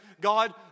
God